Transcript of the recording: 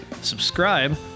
subscribe